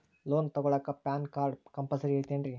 Loan ತೊಗೊಳ್ಳಾಕ PAN card compulsory ಐಯ್ತೇನ್ರಿ?